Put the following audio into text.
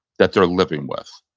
that they're living with.